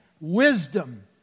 Wisdom